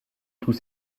tous